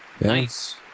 Nice